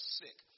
sick